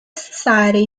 society